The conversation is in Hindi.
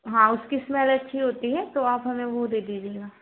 हाँ उसकी स्मेल अच्छी होती है तो आप हमें वह दे दीजिएगा